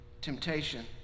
temptation